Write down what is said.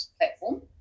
platform